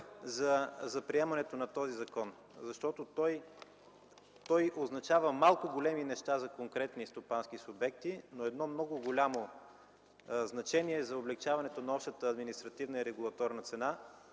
за приемането на този закон. Той означава малко големи неща за конкретни стопански субекти, но едно много голямо значение за облекчаването на общата административна и регулаторна цена